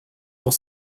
pour